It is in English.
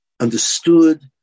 understood